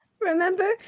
Remember